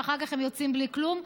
ואחר כך הם יוצאים בלי כלום.